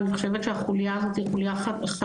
אני חושבת שהחוליה הזו היא חלשה.